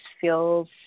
feels